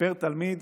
פר תלמיד